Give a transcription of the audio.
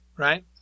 Right